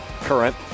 current